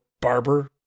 Barber